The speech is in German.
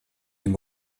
dem